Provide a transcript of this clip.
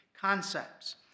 concepts